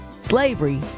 Slavery